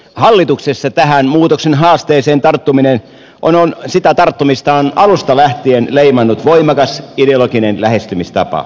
hallituksessa tähän muutoksen haasteeseen tarttumista on alusta lähtien leimannut voimakas ideologinen lähestymistapa